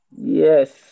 Yes